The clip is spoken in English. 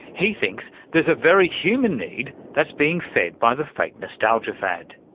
he thinks there's a very human need that's being fed by the fake nostalgia fad.